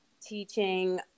teaching